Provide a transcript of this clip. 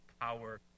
power